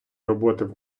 роботи